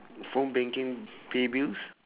phone banking pay bills